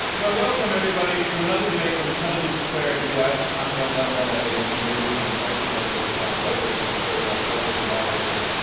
welcome, everybody, to another debate from intelligence squared us, i'm john donvan of abc news and once again it is my pleasure to serve as host and moderator,